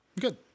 good